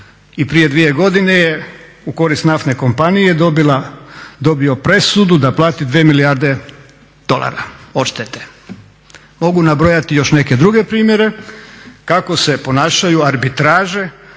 i prije dvije godine je u korist naftne kompanije dobio presudu da plati 2 milijarde dolara odštete. Mogu nabrojati i još neke druge primjere kako se ponašaju arbitraže